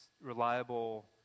reliable